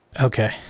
okay